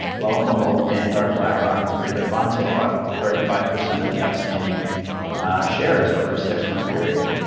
lo and behold, vanguard, blackrock, and three other funds had bought thirty five percent of the outstanding shares over a six-month period.